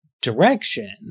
Direction